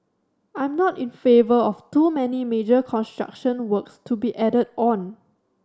I'm not in favour of too many major construction works to be added on